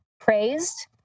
praised